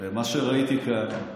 מה שראיתי כאן,